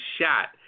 shot